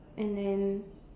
and then